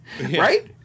right